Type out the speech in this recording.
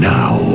now